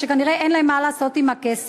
שכנראה אין להן מה לעשות עם הכסף,